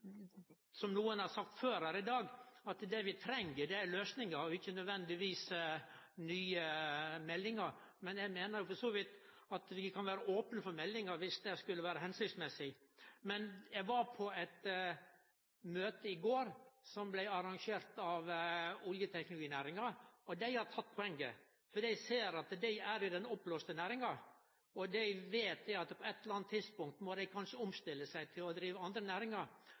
som nokon har sagt før her i dag: Det vi treng, er løysingar og ikkje nødvendigvis nye meldingar. Men eg meiner for så vidt at vi kan vere opne for meldinga, viss det skulle vere hensiktsmessig. Eg var på eit møte i går, som blei arrangert av oljeteknologinæringa, og dei har teke poenget. For dei ser at dei er i den oppblåste næringa. Og dei veit at på eit eller anna tidspunkt må dei kanskje omstille seg til å drive andre næringar.